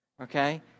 okay